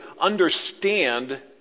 understand